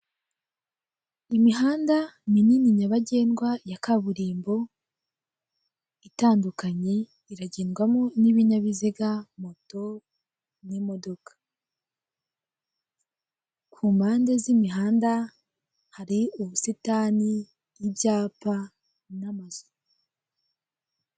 Imihanda minini nyabagendwa ya kaburimbo itandukanye iragendwamo n'ibinyabiziga moto n'imodoka, ku mpande z'imihanda hari ubusitanibyapa n'amazu.